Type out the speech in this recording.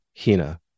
Hina